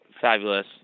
fabulous